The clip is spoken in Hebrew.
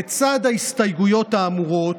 בצד ההסתייגויות האמורות,